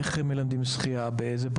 זה חלק שהוא בלתי נפרד גם מהאוטומט שלנו.